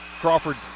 Crawford